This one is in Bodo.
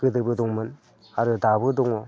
गोदोबो दंमोन आरो दाबो दङ